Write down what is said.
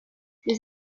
ses